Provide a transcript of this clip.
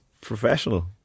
professional